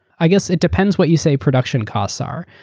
i guess it depends what you say production costs are,